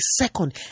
second